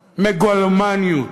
מגלומניות.